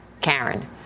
Karen